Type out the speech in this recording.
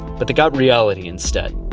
but they got reality instead.